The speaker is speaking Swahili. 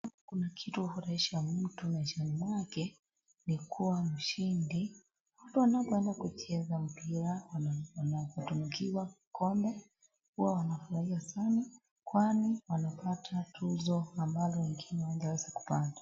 Kama kuna kitu hufurahisha mtu maishani mwake ni kuwa mshindi, watu wanapoenda kucheza mpira, wanatunukiwa kikombe huwa wanafurahia sana kwani wanapata tuzo ambalo wengine hawangeweza kupata.